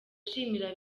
ashimira